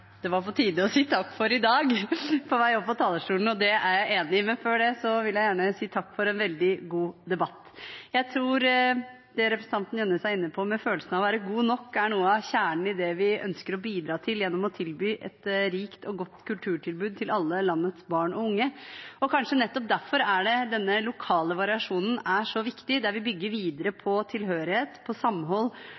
det var på tide å si takk for i dag, og det er jeg enig i. Før det vil jeg gjerne si takk for en veldig god debatt. Jeg tror det representanten Jønnes er inne på, med følelsen av å være god nok, er noe av kjernen i det vi ønsker å bidra til gjennom å tilby et rikt og godt kulturtilbud til alle landets barn og unge. Og kanskje nettopp derfor er det denne lokale variasjonen er så viktig, der vi bygger videre